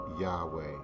Yahweh